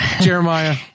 Jeremiah